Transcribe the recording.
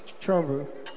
Trouble